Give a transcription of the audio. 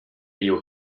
leo